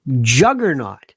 juggernaut